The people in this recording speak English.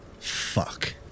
Fuck